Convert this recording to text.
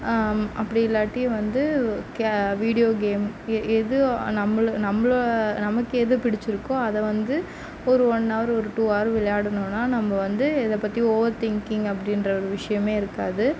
அப்படி இல்லாட்டி வந்து வீடியோ கேம் எது நம்மளு நமக்கு எது பிடித்திருக்கோ அதை வந்து ஒரு ஒன் ஹவர் ஒரு டூ ஹார் விளையாடணும்னா நம்ம வந்து இதை பற்றி ஓவர் திங்கிங் அப்படின்ற ஒரு விஷயமே இருக்காது